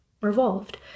revolved